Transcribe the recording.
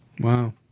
Wow